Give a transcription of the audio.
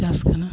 ᱪᱟᱥ ᱠᱟᱱᱟ